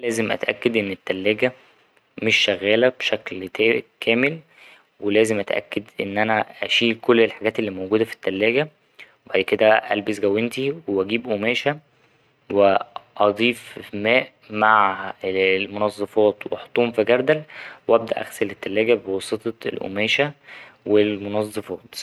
لازم أتأكد إن التلاجة مش شغالة بشكل تا ـ كامل ولازم أتأكد إن أنا أشيل كل الحاجات اللي موجودة في التلاجة وبعد كده ألبس جاونتي وأجيب قماشة وأضيف ماء مع المنظفات وأحطهم في جردل وأبدأ أغسل التلاجة بواسطة القماشة والمنظفات.